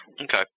Okay